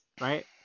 right